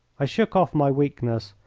i shook off my weakness,